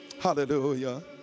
Hallelujah